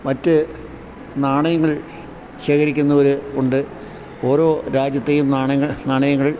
മറ്റു നാണയങ്ങൾ ശേഖരിക്കുന്നവര് ഉണ്ട് ഓരോ രാജ്യത്തെയും നാണയങ്ങൾ നാണയങ്ങൾ